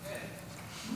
1